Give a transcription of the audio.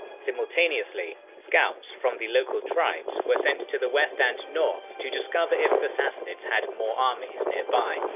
simultaneously, scouts from the local tribes were sent to the west and north to discover if the sassanids had more armies nearby.